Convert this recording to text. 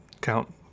count